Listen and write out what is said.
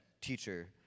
Teacher